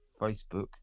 facebook